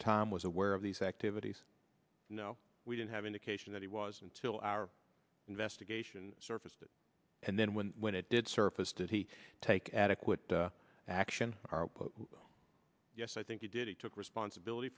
the time was aware of these activities no we didn't have indication that he was until our investigation surfaced and then when when it did surface did he take adequate action yes i think he did he took responsibility